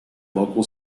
local